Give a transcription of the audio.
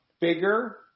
bigger